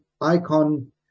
icon